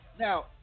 Now